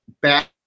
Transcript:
Back